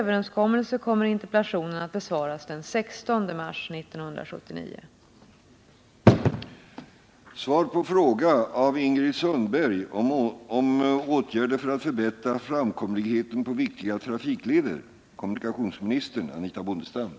Vanligt är också att man vid projektering av vägar beaktar kravet på framkomlighet vid snöoväder. Kommer kommunikationsministern med anledning av de trafiksvårigheter som i år uppstått i Skåne att låta utreda vilka åtgärder som kan sättas in för att i framtiden förbättra framkomligheten på särskilt viktiga trafikleder?